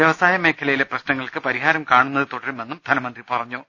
വ്യവസായ മേഖല യിലെ പ്രശ്നങ്ങൾക്ക് പരിഹാരം കാണുന്നത് തുടരുമെന്നും ധനമന്ത്രി പറ ഞ്ഞു